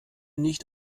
nicht